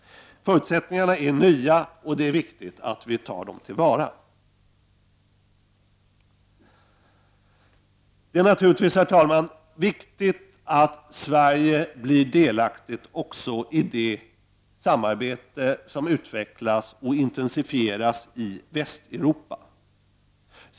Förutsättningarna är nya, och det är viktigt att ta dem till vara. Naturligtvis är det, herr talman, viktigt att Sverige blir delaktigt i det samarbete som utvecklas och intensifieras i Västeuropa.